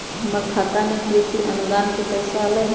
हमर खाता में कृषि अनुदान के पैसा अलई?